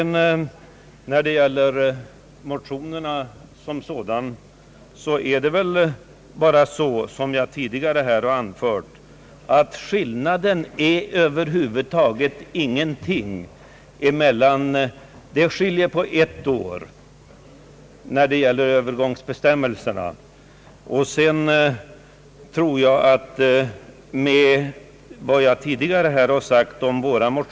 När det gäller motionerna förhåller det väl sig bara så som jag tidigare har anfört, nämligen att det i huvudsak inte finns någon skillnad mellan dem och propositionen. Det skiljer på ett år när det gäller övergångsbestämmelserna.